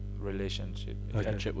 Relationship